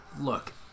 Look